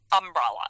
umbrella